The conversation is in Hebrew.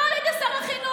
לא על ידי שר החינוך.